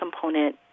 component